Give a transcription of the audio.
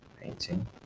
painting